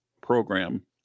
program